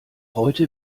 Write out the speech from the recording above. heute